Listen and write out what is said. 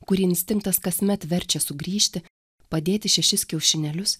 kurį instinktas kasmet verčia sugrįžti padėti šešis kiaušinėlius